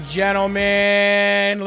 gentlemen